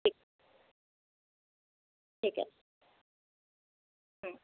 ঠিক ঠিক আছে হুম